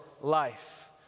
life